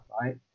right